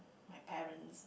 my parents